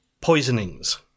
poisonings